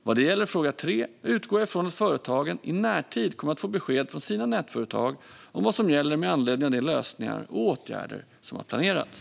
Vad gäller fråga tre utgår jag ifrån att företagen i närtid kommer att få besked från sina nätföretag om vad som gäller med anledning av de lösningar och åtgärder som har planerats.